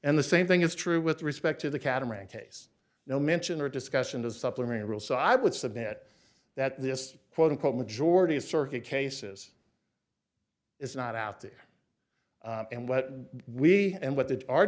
and the same thing is true with respect to the catamaran case no mention or discussion of supplementary rule so i would submit that this quote unquote majority a circuit cases is not out there and what we and what they are